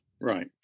Right